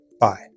Bye